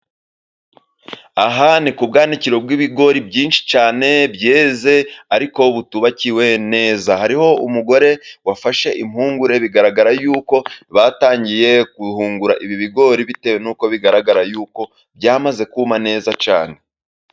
Aha ni ku bwanikiro bw'ibigori byinshi cyane byeze, ariko butubakiwe neza. Hariho umugore wafashe impungure bigaragara yuko batangiye guhungura ibi bigori, bitewe n'uko bigaragara yuko byamaze kuma neza cyane.